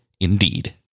Indeed